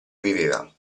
viveva